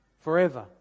forever